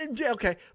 okay